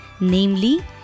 namely